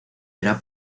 era